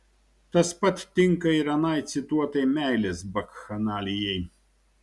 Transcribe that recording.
tas pat tinka ir anai cituotai meilės bakchanalijai